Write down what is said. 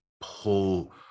pull